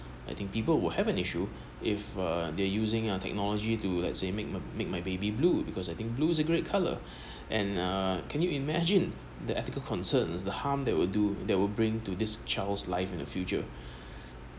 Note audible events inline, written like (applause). I think people will have an issue if uh they using technology to let say make a make my baby blue because I think blue's a great color (breath) and uh can you imagine the ethical concerns the harm that will do that will bring to this child's life in the future (breath)